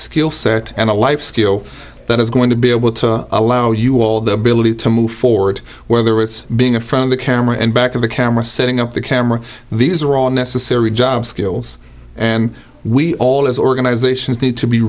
skill set and a life skill that is going to be able to allow you all the ability to move forward whether it's being a from the camera and back of the camera setting up the camera these are all necessary job skills and we all as organizations need to be